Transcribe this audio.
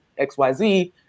xyz